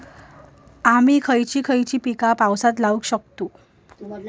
आम्ही खयची खयची पीका पावसात लावक शकतु?